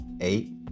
Eight